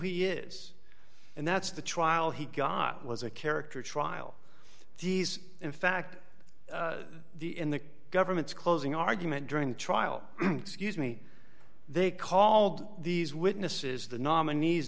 he is and that's the trial he got was a character trial these in fact the in the government's closing argument during the trial excuse me they called these witnesses the nominees